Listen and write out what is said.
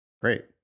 Great